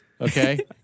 okay